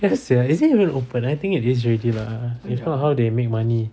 yes sia is it even open I think it is already lah if not how how they make money